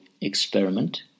experiment